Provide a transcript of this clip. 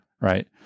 Right